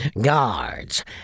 Guards